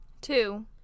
Two